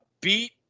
beat